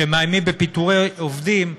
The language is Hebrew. שמאיימים בפיטורי עובדים,